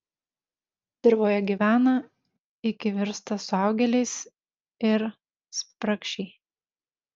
dirvoje gyvena iki virsta suaugėliais ir spragšiai